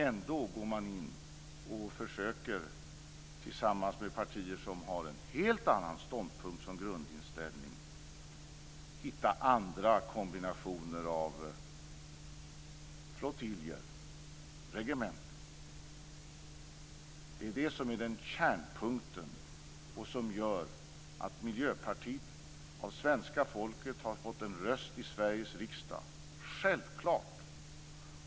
Ändå går man in och försöker, tillsammans med partier som har en helt annan ståndpunkt som grundinställning, hitta andra kombinationer av flottiljer och regementen. Det är det som är kärnpunkten. Miljöpartiet har av svenska folket fått en röst i Sveriges riksdag - självklart.